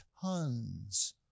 tons